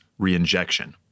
reinjection